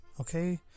okay